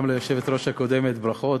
גם ליושבת-ראש הקודמת, ברכות.